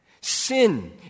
Sin